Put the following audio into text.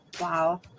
wow